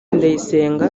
ndayisenga